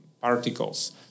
particles